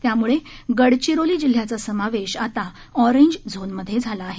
यामुळे गडचिरोली जिल्ह्याचा समावेश आता ऑरेंज झोन मध्ये झाला आहे